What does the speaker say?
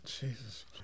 Jesus